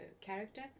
character